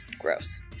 Gross